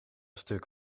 stuk